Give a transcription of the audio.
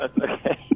okay